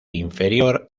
inferior